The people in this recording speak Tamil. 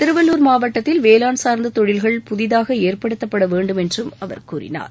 திருவள்ளூர் மாவட்டத்தில் வேளாண் சார்ந்த தொழில்கள் புதிதாக ஏற்படுத்தப்பட வேண்டும் என்றும் அவர் கூறினார்